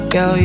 Girl